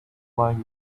flying